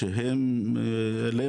אנחנו מדברים על השוהים הבלתי חוקיים האחרים